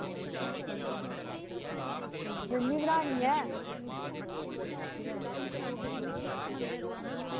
में बी बनानी ऐ